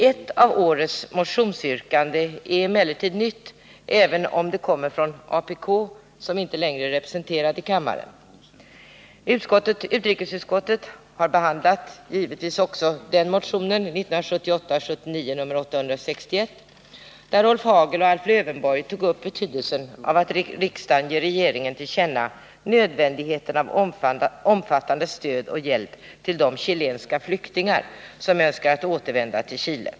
Ett av årets motionsyrkanden är emellertid nytt, även om det kommer från apk som inte längre är representerat i riksdagen. Utrikesutskottet har givetvis behandlat också den motionen, 1978/79:861, där Rolf Hagel och Alf Lövenborg tog upp betydelsen av att riksdagen ger regeringen till känna nödvändigheten av omfattande stöd och hjälp till de chilenska flyktingar som önskar återvända till Chile.